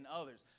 others